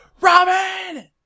Robin